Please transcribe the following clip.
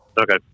Okay